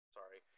sorry